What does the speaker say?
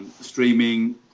streaming